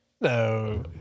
No